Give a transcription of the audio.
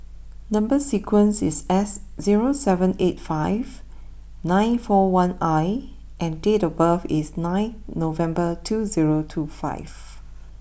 number sequence is S zero seven eight five nine four one I and date of birth is nine November two zero two five